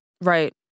right